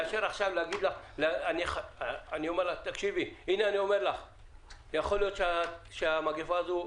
מאשר עכשיו אני אומר לך: יכול להיות שהמגפה הזאת,